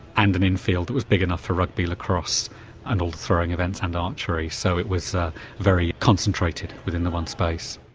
and an infield that was big enough for rugby, lacrosse and all throwing events and archery. so it was very concentrated within the one space.